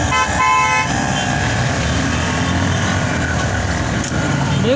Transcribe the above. बटाटा पिकाला प्रती एकर किती युरिया वापरावा?